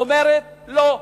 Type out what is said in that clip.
אומרת: לא,